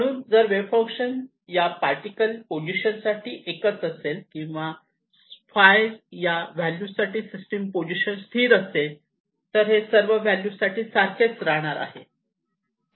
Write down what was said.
म्हणून जर wave function या पार्टिकल च्या पोझिशन साठी एकच असेल किंवा φ च्या या व्हॅल्यूसाठी सिस्टीम पोझिशन स्थिर असेल तर हे सर्व व्हॅल्यूसाठी सारखेच राहणार आहे